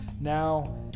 Now